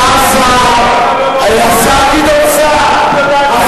השר סער, השר גדעון סער.